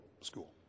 School